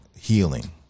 healing